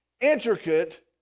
intricate